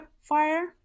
fire